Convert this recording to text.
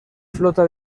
flota